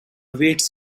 awaits